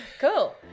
cool